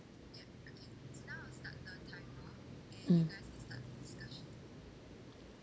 mm